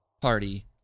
party